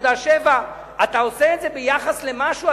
1.7%. אתה עושה את זה ביחס למשהו,